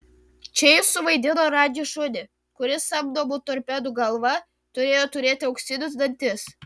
čia jis suvaidino radži šunį kuris samdomų torpedų galva turėjo turėti auksinius dantis